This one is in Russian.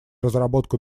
разработку